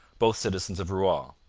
both citizens of rouen.